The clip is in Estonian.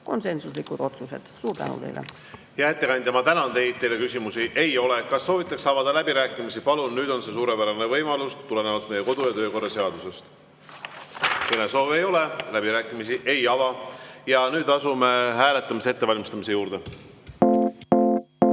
konsensuslikud otsused. Suur tänu teile! Hea ettekandja, ma tänan teid. Teile küsimusi ei ole. Kas soovitakse avada läbirääkimisi? Palun, nüüd on see suurepärane võimalus tulenevalt meie kodu- ja töökorra seadusest. Kõnesoove ei ole, läbirääkimisi ei ava. Ja nüüd asume hääletamise ettevalmistamise juurde. Head